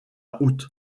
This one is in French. août